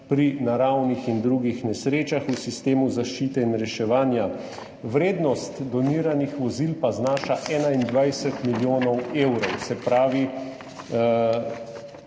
pri naravnih in drugih nesrečah v sistemu zaščite in reševanja. Vrednost doniranih vozil znaša 21 milijonov evrov. Se pravi,